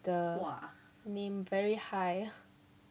the name very high